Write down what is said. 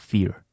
Fear